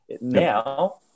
Now